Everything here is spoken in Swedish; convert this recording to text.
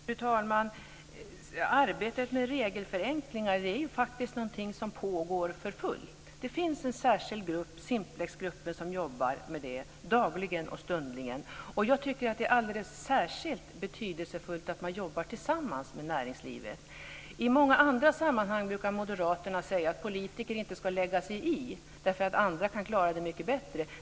Fru talman! Arbetet med regelförenklingar är faktiskt någonting som pågår för fullt. Det finns en särskild arbetsgrupp, Simplex, som jobbar med det dagligen och stundligen. Jag tycker att det är alldeles särskilt betydelsefullt att man jobbar tillsammans med näringslivet. I många andra sammanhang brukar moderaterna säga att politiker inte ska lägga sig i därför att andra klarar det mycket bättre.